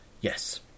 Yes